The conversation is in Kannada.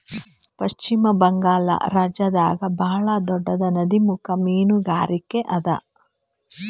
ಪಶ್ಚಿಮ ಬಂಗಾಳ್ ರಾಜ್ಯದಾಗ್ ಭಾಳ್ ದೊಡ್ಡದ್ ನದಿಮುಖ ಮೀನ್ಗಾರಿಕೆ ಅದಾ